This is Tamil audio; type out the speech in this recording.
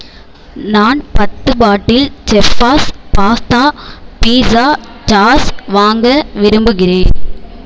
நான் பத்து பாட்டில் செஃப்பாஸ் பாஸ்தா பீட்ஸா சாஸ் வாங்க விரும்புகிறேன்